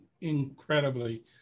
incredibly